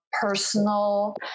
personal